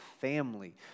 family